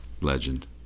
legend